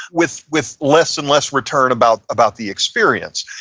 with with less and less return about about the experience.